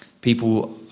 people